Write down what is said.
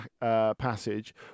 passage